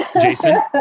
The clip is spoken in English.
jason